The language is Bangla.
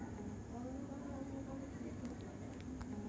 এরওপনিক্স প্রক্রিয়াতে কোনো বদ্ধ জায়গার ভেতর চাষ করা সম্ভব তাই এটি স্পেসেও করে